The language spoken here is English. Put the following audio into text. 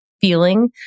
feeling